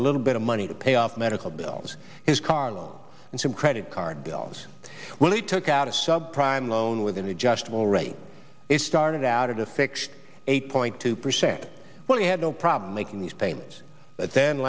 a little bit of money to pay off medical bills his car loan and some credit card bills when he took out a sub prime loan with an adjustable rate it started out at a fixed eight point two percent when he had no problem making these payments but then